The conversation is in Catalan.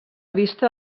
vista